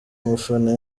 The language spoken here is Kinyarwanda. mufana